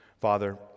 Father